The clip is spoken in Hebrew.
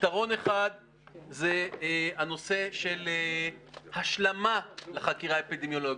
יתרון אחד זה הנושא של השלמה לחקירה אפידמיולוגית.